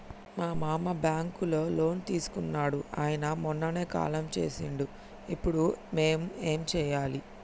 మా మామ బ్యాంక్ లో లోన్ తీసుకున్నడు అయిన మొన్ననే కాలం చేసిండు ఇప్పుడు మేం ఏం చేయాలి?